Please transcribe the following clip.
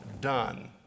done